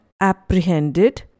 apprehended